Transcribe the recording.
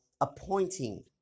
appointing